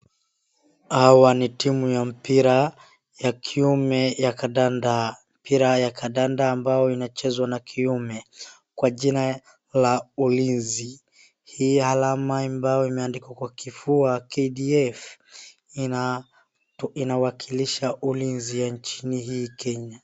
Hawa ni timu ya mpira ya kiume ya kandanda. Mpira ya kandanda ambayo inachezwa na kiume, kwa jina la ulinzi. Hii alama ambayo imeandikwa kwa kifua KDF inawakilisha ulinzi ya nchini hii Kenya.